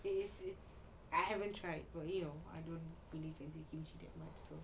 it's it's I haven't tried oh you know I don't really eat kimchi that much so